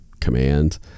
command